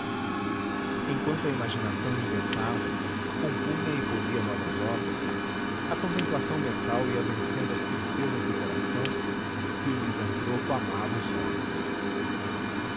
enquanto a imaginação inventava compunha e polia novas obras a contemplação mental ia vencendo as tristezas do coração e o misantropo amava os homens